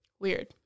Weird